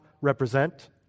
represent